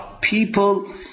people